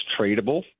tradable